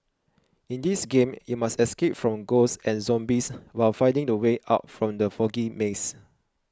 in this game you must escape from ghosts and zombies while finding the way out from the foggy maze